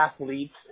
athletes